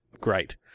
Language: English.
great